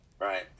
Right